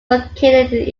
located